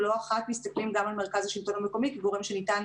לא אחת מסתכלים גם על מרכז השלטון המקומי כגורם שניתן